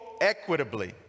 equitably